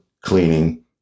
cleaning